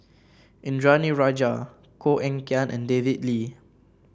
Indranee Rajah Koh Eng Kian and David Lee